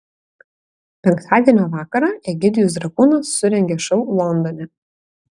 penktadienio vakarą egidijus dragūnas surengė šou londone